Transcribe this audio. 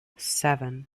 seven